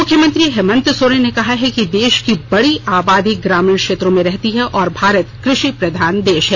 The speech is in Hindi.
मुख्यमंत्री हेमंत सोरेन ने कहा है कि देष की बड़ी आबादी ग्रामीण क्षेत्रों में रहती है और भारत कृषि प्रधान देष है